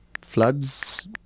Floods